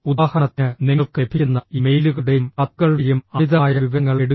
ഉദാഹരണത്തിന് നിങ്ങൾക്ക് ലഭിക്കുന്ന ഇ മെയിലുകളുടെയും കത്തുകളുടെയും അമിതമായ വിവരങ്ങൾ എടുക്കുക